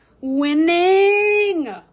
Winning